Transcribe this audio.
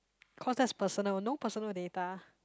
cause that's personal no personal data